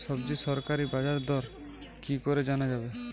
সবজির সরকারি বাজার দর কি করে জানা যাবে?